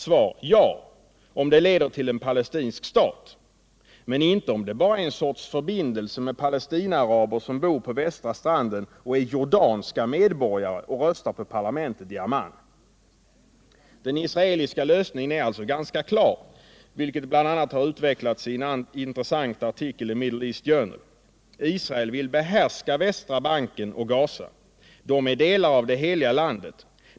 Svar: ”Ja, om det leder till en palestinsk stat, men inte om det bara är en sorts förbindelse med palestinaaraber som bor på Västra stranden och är jordanska medborgare och röstar på parlamentet i Amman.” Den israeliska lösningen är ganska klar, vilket bl.a. utvecklas i en intressant artikel i Middle East Journal. Israel vill behärska Västra stranden och Ghaza, de är delar av det ”heliga landet”.